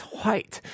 White